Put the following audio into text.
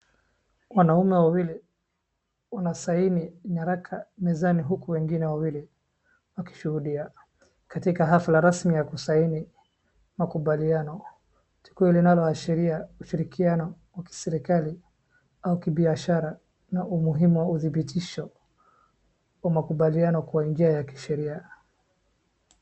Wanaume wawili wanasaini nyaraka mezani huku wengine wawili wakishuhudia katika hafla rasmi ya kusaini makubaliano. Tukio linaloashiria ushirikiano wa kiserikali au kibiashara na umuhimu wa udhibitisho wa makubaliano kwa njia ya kisheria.